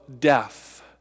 death